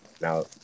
Now